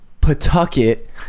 Pawtucket